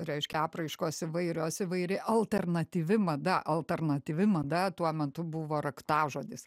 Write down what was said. reiškia apraiškos įvairios įvairi alternatyvi mada alternatyvi mada tuo metu buvo raktažodis